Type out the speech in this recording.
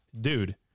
Dude